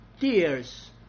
tears